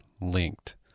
linked